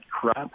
crap